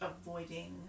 avoiding